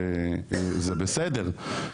וזה בסדר,